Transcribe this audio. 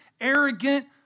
arrogant